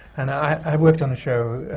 and i worked on a show,